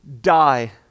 die